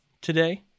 today